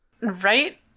Right